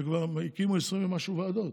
שכבר הקימו 20 ומשהו ועדות,